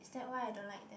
is that why I don't like them